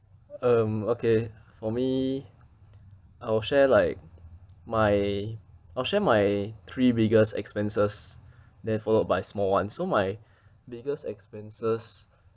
um okay for me I will share like my I'll share my three biggest expenses then followed by small ones so my biggest expenses